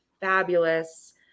fabulous